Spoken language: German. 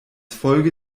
folge